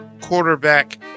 quarterback